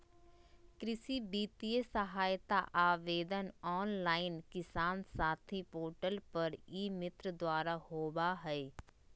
कृषि वित्तीय सहायता आवेदन ऑनलाइन किसान साथी पोर्टल पर ई मित्र द्वारा होबा हइ